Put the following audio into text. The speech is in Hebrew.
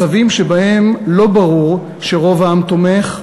מצבים שבהם לא ברור אם רוב העם תומך,